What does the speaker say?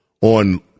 on